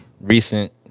recent